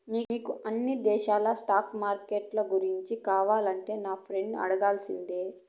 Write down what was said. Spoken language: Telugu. నీకు అన్ని దేశాల స్టాక్ మార్కెట్లు గూర్చి కావాలంటే నా ఫ్రెండును అడగాల్సిందే